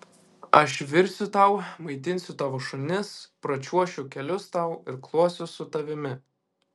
aš virsiu tau maitinsiu tavo šunis pračiuošiu kelius tau irkluosiu su tavimi